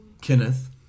Kenneth